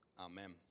amen